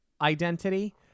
identity